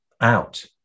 out